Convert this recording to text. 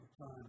Time